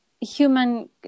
human